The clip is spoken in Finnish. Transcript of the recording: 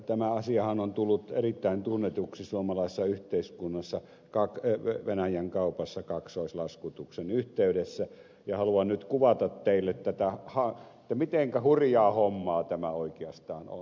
tämä asiahan on tullut erittäin tunnetuksi suomalaisessa yhteiskunnassa venäjän kaupassa kaksoislaskutuksen yhteydessä ja haluan nyt kuvata teille mitenkä hurjaa hommaa tämä oikeastaan on